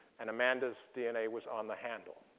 and amanda's dna was on the handle.